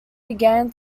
began